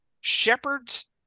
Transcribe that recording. Shepherds